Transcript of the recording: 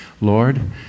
Lord